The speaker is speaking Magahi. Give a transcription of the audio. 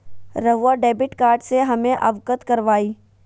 रहुआ डेबिट कार्ड से हमें अवगत करवाआई?